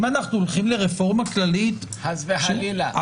אם אנחנו הולכים לרפורמה כללית --- חס וחלילה,